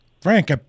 Frank